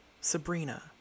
Sabrina